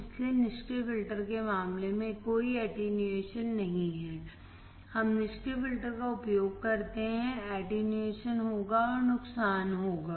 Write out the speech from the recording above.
इसलिए निष्क्रिय फिल्टर के मामले में कोई अटेन्युएशॅन नहीं हम निष्क्रिय फिल्टर का उपयोग करते हैंअटेन्युएशॅन होगा और नुकसान होगा